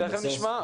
תכף נשמע.